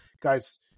guys